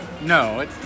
No